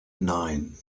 nine